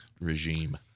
regime